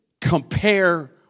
compare